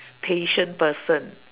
patient person